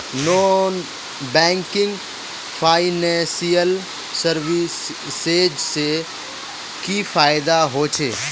Non banking financial services से की फायदा होचे?